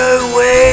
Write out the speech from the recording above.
away